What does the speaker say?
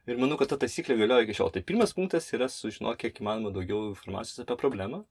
ir manau kad ta tasyklė galiojo iki šiol tai pirmas punktas yra sužino kiek įmanoma daugiau informacijos apie problemą